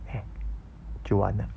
eh 就完了